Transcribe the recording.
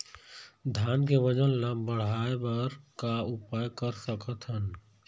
धान के वजन ला बढ़ाएं बर का उपाय कर सकथन?